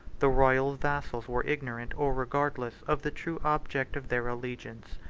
the royal vassals were ignorant, or regardless, of the true object of their allegiance.